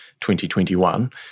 2021